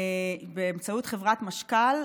באמצעות חברת משקל,